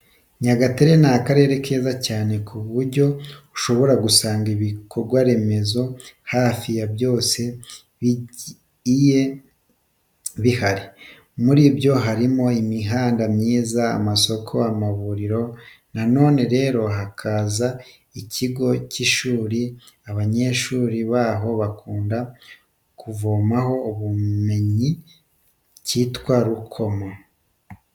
Nyagatare ni akarere keza cyane ku buryo ushobora gusanga ibikorwa remezo hafi ya byose bigiye bihari. Muri byo harimo imihanda myiza, amasoko, amavuriro, noneho rero hakaza ikigo cy'ishuri abanyeshuri baho bakunda kuvomaho ubumenyi cyitwa Rukomo.